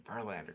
Verlander